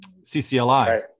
CCLI